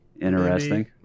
Interesting